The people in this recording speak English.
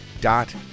dot